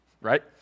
right